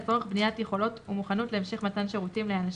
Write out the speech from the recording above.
לצורך בניית יכולת ומוכנות להמשך מתן שירותים לאנשים,